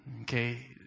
okay